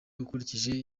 ukurikije